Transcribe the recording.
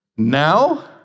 Now